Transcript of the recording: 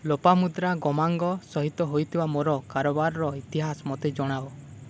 ଲୋପାମୁଦ୍ରା ଗମାଙ୍ଗ ସହିତ ହୋଇଥିବା ମୋର କାରବାରର ଇତିହାସ ମୋତେ ଜଣାଅ